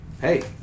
hey